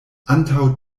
antaŭ